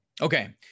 Okay